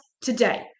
today